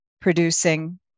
producing